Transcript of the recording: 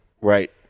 Right